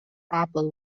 apple